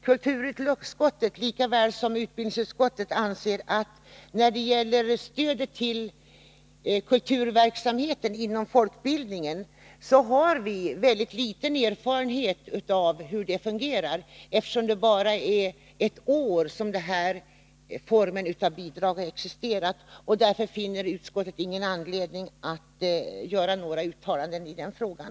Kulturutskottet, liksom utbildningsutskottet, anser att vi när det gäller stödet till kulturverksamheten inom folkbildningen har mycket liten erfarenhet av hur det hela fungerar, eftersom denna form av bidrag existerat under endast ett år. Utskottet finner därför inte någon anledning att göra några uttalanden i denna fråga.